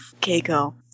Keiko